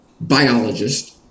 biologist